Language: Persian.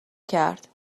کرد